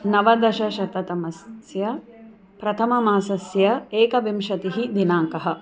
नवदशशततमस्य प्रथममासस्य एकविंशतिः दिनाङ्कः